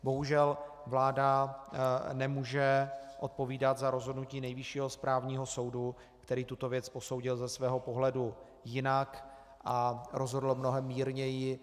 Bohužel vláda nemůže odpovídat za rozhodnutí Nejvyššího správního soudu, který tuto věc posoudil ze svého pohledu jinak a rozhodl mnohem mírněji.